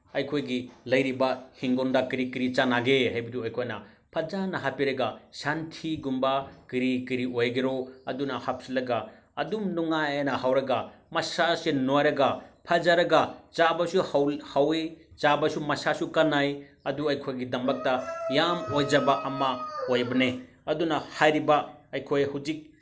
ꯑꯩꯈꯣꯏꯒꯤ ꯂꯩꯔꯤꯕ ꯏꯪꯈꯣꯜꯗ ꯀꯔꯤ ꯀꯔꯤ ꯆꯥꯟꯅꯒꯦ ꯍꯥꯏꯕꯗꯨ ꯑꯩꯈꯣꯏꯅ ꯐꯖꯅ ꯍꯥꯞꯄꯤꯔꯒ ꯁꯟꯊꯤꯒꯨꯝꯕ ꯀꯔꯤ ꯀꯔꯤ ꯑꯣꯏꯒꯦꯔꯣ ꯑꯗꯨꯅ ꯍꯥꯞꯆꯤꯜꯂꯒ ꯑꯗꯨꯝ ꯅꯨꯡꯉꯥꯏꯅ ꯍꯧꯔꯒ ꯃꯁꯥꯁꯦ ꯅꯣꯏꯔꯒ ꯐꯖꯔꯒ ꯆꯥꯕꯁꯨ ꯍꯥꯎꯋꯤ ꯆꯥꯕꯁꯨ ꯃꯁꯥꯁꯨ ꯀꯥꯟꯅꯩ ꯑꯗꯨ ꯑꯩꯈꯣꯏꯒꯤꯗꯃꯛꯇ ꯌꯥꯝ ꯑꯣꯏꯖꯕ ꯑꯃ ꯑꯣꯏꯕꯅꯦ ꯑꯗꯨꯅ ꯍꯥꯏꯔꯤꯕ ꯑꯩꯈꯣꯏ ꯍꯧꯖꯤꯛ